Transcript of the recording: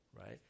right